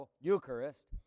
Eucharist